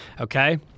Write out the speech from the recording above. Okay